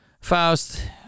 Faust